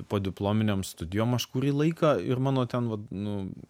podiplominėm studijom aš kurį laiką ir mano ten vat nu